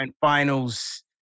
finals